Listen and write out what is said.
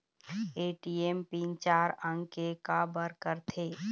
ATM PIN चार अंक के का बर करथे?